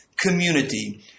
community